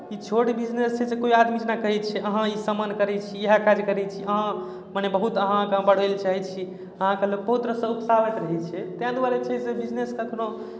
ई छोट बिजनेस जे छै से कोइ आदमी जेना कहैत छै अहाँ ई सामान करैत छी इएह काज करैत छी अहाँ मने बहुत अहाँ आगाँ बढ़य लेल चाहैत छी अहाँकेँ लोक बहुत रास आबैत रहैत छै तैँ दुआरे छै से बिजनेस कखनहु